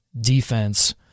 defense